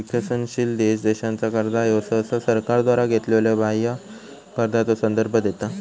विकसनशील देशांचा कर्जा ह्यो सहसा सरकारद्वारा घेतलेल्यो बाह्य कर्जाचो संदर्भ देता